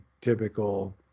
typical